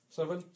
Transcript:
Seven